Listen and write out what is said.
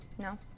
No